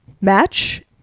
match